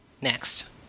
Next